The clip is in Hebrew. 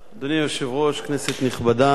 אדוני היושב-ראש, כנסת נכבדה,